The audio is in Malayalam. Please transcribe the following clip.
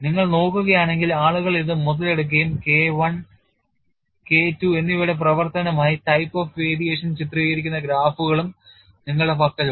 നിങ്ങൾ നോക്കുകയാണെങ്കിൽ ആളുകൾ ഇത് മുതലെടുക്കുകയും K I K II എന്നിവയുടെ പ്രവർത്തനമായി type of variation ചിത്രീകരിക്കുന്ന ഗ്രാഫുകളും നിങ്ങളുടെ പക്കലുണ്ട്